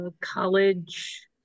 college